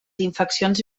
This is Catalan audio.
infeccions